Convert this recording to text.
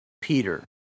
Peter